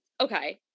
okay